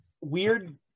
weird